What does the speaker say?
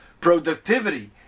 productivity